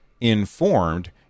informed